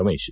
Ramesh